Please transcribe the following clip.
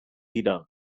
dira